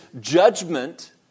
judgment